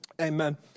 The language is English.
amen